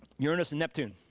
uranus and neptune,